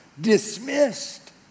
dismissed